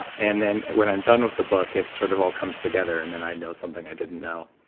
and then when i'm done with the book, it sort of all comes together, and then i know something i didn't know.